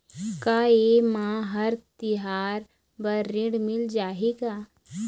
का ये मा हर तिहार बर ऋण मिल जाही का?